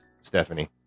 Stephanie